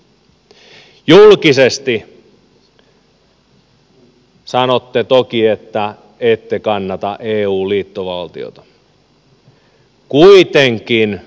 julkisesti sanotte toki että ette kannata eu liittovaltiota